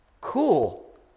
Cool